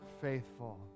faithful